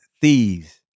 thieves